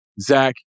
Zach